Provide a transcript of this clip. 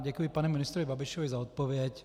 Děkuji panu ministrovi Babišovi za odpověď.